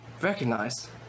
recognize